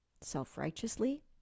Self-righteously